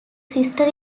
sister